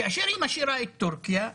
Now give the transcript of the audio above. כאשר היא משאירה את טורקיה,